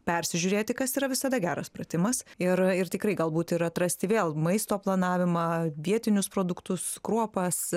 persižiūrėti kas yra visada geras pratimas ir ir tikrai galbūt ir atrasti vėl maisto planavimą vietinius produktus kruopas